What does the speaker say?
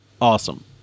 Awesome